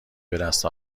بدست